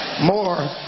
more